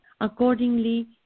Accordingly